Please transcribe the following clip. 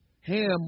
Ham